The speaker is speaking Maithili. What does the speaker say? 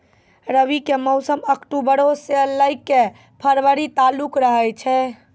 रबी के मौसम अक्टूबरो से लै के फरवरी तालुक रहै छै